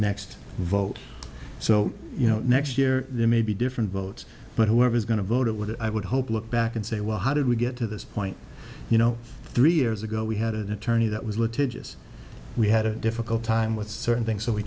next vote so you know next year there may be different votes but whoever is going to vote it would i would hope look back and say well how did we get to this point you know three years ago we had an attorney that was litigious we had a difficult time with certain things so we